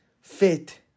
fit